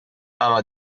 ama